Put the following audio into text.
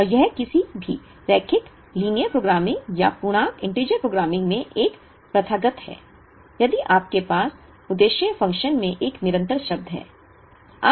और यह किसी भी रैखिक लीनियर प्रोग्रामिंग या पूर्णांक इंटिजर प्रोग्रामिंग में एक प्रथागत है यदि आपके पास उद्देश्य फ़ंक्शन में एक निरंतर शब्द है